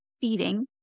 feeding